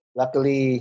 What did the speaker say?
luckily